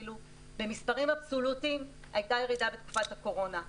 במספרים אבסולוטיים הייתה ירידה בתקופת הקורונה,